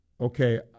Okay